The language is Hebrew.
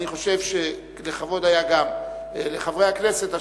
אני חושב שלכבוד היה גם לחברי הכנסת.